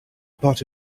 pot